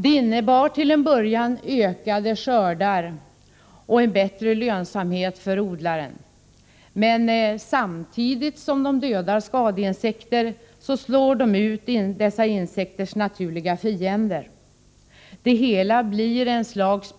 De innebar till en början ökade skördar och en bättre lönsamhet för odlaren. Men samtidigt som de dödar skadeinsekter, så slår de ut dessa insekters naturliga fiender. Det hela blir ett slags